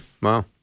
Wow